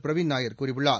பிரவின் நாயர் கூறியுள்ளார்